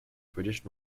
british